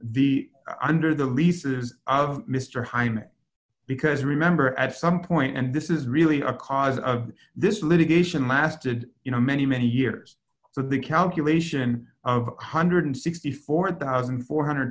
the under the leases of mr hyman because remember at some point and this is really a cause of this litigation lasted you know many many years so the calculation of one hundred and sixty four thousand four hundred and